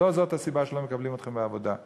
לא זאת הסיבה שלא מקבלים אתכם לעבודה.